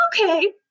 Okay